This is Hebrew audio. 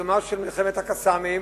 בעיצומה של מלחמת ה"קסאמים",